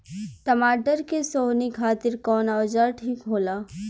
टमाटर के सोहनी खातिर कौन औजार ठीक होला?